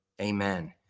Amen